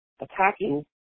attacking